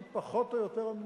והיא פחות או יותר הממוצע,